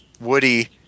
Woody